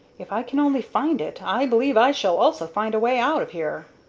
if i can only find it, i believe i shall also find a way out of here.